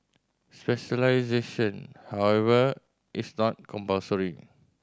specialisation however is not compulsory